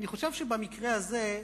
במקרה הזה,